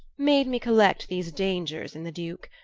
made me collect these dangers in the duke.